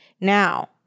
Now